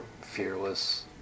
fearless